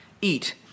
eat